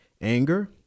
anger